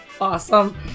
awesome